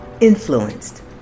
influenced